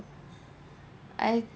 I